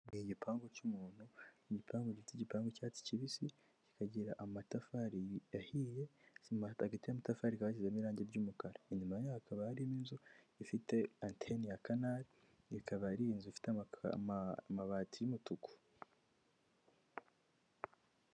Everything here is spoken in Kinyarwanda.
Igipangu cy'umuntu igipangu gifite igipangu k'icyatsi kibisi, kikagira amatafari ahiye hagati y'amatafari hasizemo irange ry'umukara, inyuma yayo hakaba harimo inzu ifite anteni ya kanari akaba ari inzu ifite amabati y'umutuku.